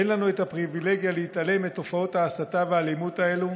אין לנו את הפריבילגיה להתעלם מתופעות ההסתה והאלימות האלו